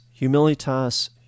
humilitas